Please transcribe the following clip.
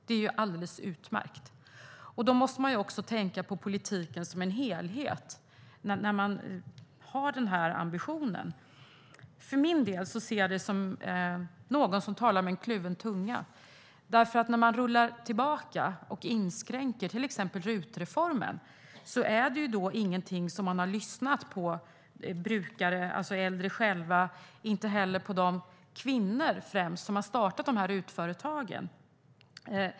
Det är ju alldeles utmärkt, men när man har den ambitionen måste man också tänka på politiken som en helhet. För min del ser jag det som att tala med kluven tunga. När man rullar tillbaka och inskränker till exempel RUT-reformen är det nämligen inte att lyssna på brukare, det vill säga de äldre själva, eller på de främst kvinnor som har startat RUT-företagen.